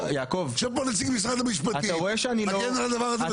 יושב פה נציג משרד המשפטים, מגן על הדבר הזה.